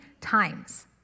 times